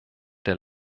der